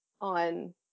on